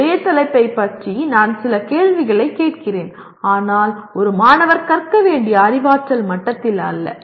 ஒரே தலைப்பைப் பற்றி நான் சில கேள்விகளைக் கேட்கிறேன் ஆனால் ஒரு மாணவர் கற்க வேண்டிய அறிவாற்றல் மட்டத்தில் அல்ல